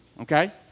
Okay